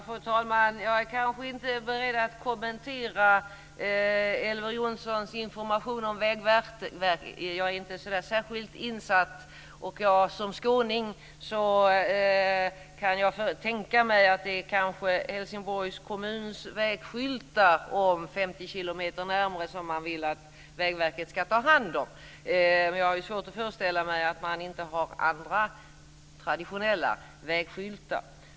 Fru talman! Jag kanske inte är beredd att kommentera Elver Jonssons information om Vägverket. Jag är inte så särskilt insatt. Som skåning kan jag tänka mig att det kanske är Helsingborgs kommuns vägskyltar om 50 km närmare som man vill att Vägverket ska ta hand om. Jag har svårt att föreställa mig att man inte har andra, traditionella vägskyltar.